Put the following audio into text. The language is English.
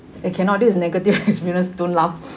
eh cannot this negative experience don't laugh